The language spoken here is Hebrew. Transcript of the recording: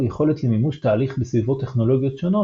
הוא יכולת למימוש תהליך בסביבות טכנולוגיות שונות